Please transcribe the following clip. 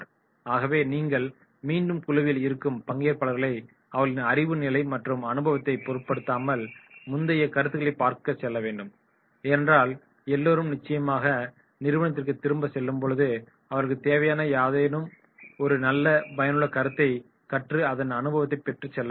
ஆகவே நீங்கள் மீண்டும் குழுவில் இருக்கும் பங்கேற்பாளர்களை அவர்களின் அறிவு நிலை மற்றும் அனுபவத்தைப் பொருட்படுத்தாமல் முந்தைய கருத்துகளை பார்க்க சொல்ல வேண்டும் ஏனென்றால் எல்லோரும் நிச்சயமாக நிறுவனத்திற்கு திரும்ப செல்லும் பொழுது அவர்களுக்கு தேவையான யாதேனும் ஒரு நல்ல பயனுள்ள கருத்தை கற்று அதன் அனுபவத்தை பெற்று செல்ல முடியும்